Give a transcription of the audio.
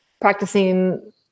practicing